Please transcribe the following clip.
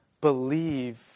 believe